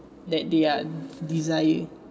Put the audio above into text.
that they uh desire